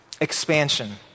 Expansion